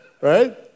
Right